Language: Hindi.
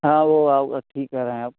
हाँ वह आप ठीक कह रहे हैं आप